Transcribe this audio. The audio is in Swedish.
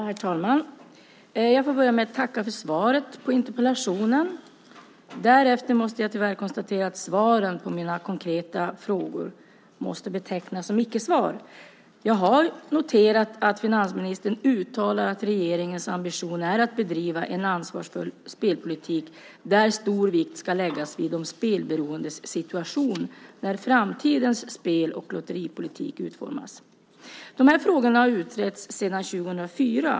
Herr talman! Jag får börja med att tacka för svaret på interpellationen. Därefter måste jag, tyvärr, konstatera att svaren på mina konkreta frågor måste betecknas som icke-svar. Jag har noterat att finansministern uttalar att det är regeringens ambition att bedriva en ansvarsfull spelpolitik där stor vikt ska läggas vid de spelberoendes situation när framtidens spel och lotteripolitik utformas. De här frågorna har utretts sedan år 2004.